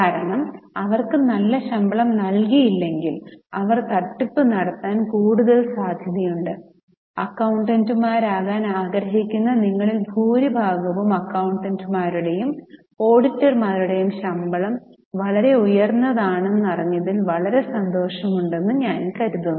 കാരണം അവർക്ക് നല്ല ശമ്പളം നൽകിയില്ലെങ്കിൽ അവർ തട്ടിപ്പ് നടത്താൻ കൂടുതൽ സാധ്യതയുണ്ട് അക്കൌണ്ടന്റുമാരാകാൻ ആഗ്രഹിക്കുന്ന നിങ്ങളിൽ ഭൂരിഭാഗവും അക്കൌണ്ടന്റുമാരുടെയും ഓഡിറ്റർമാരുടെയും ശമ്പളം വളരെ ഉയർന്നതാണെന്നു അറിഞ്ഞതിൽ വളരെ സന്തോഷമുണ്ടെന്നും ഞാൻ കരുതുന്നു